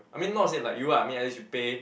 I mean not to say like you ah I mean at least you pay